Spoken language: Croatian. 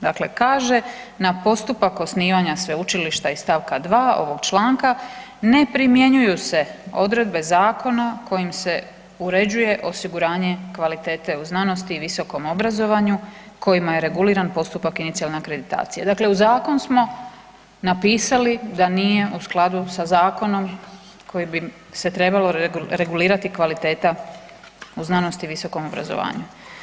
Dakle kaže: „Na postupak osnivanja sveučilišta iz stavka 2. ovog članka ne primjenjuju se odredbe zakona kojim se uređuje osiguranje kvalitete u znanosti i visokom obrazovanju kojima je reguliran postupak inicijalne akreditacije.“ Dakle, u zakon smo napisali da nije u skladu sa zakonom kojim bi se trebalo regulirati kvaliteta u znanosti i visokom obrazovanju.